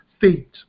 feet